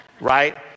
right